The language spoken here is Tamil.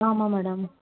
ஆமாம் மேடம்